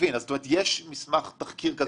זאת אומרת, יש תחקיר כזה.